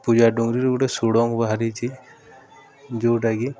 ପୂଜା ଡୁଙ୍ଗରିରୁ ଗୋଟେ ସୁଡ଼ଙ୍ଗ ବାହାରିଛି ଯେଉଁଟା କି